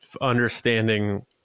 understanding